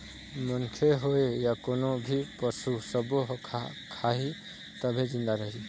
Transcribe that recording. मनखे होए य कोनो भी पसू सब्बो ह खाही तभे जिंदा रइही